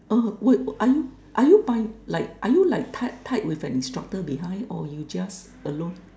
uh were are you are you bin~ like are you like tied tied with an instructor behind or you just alone